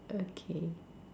okay